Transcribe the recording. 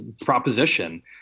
proposition